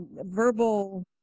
verbal